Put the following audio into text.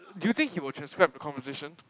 do you think he will transcribe the conversation